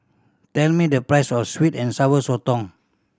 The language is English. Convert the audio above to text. tell me the price of sweet and Sour Sotong